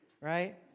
right